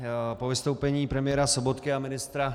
Po vystoupení premiéra Sobotky a ministra